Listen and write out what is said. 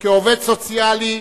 כעובד סוציאלי,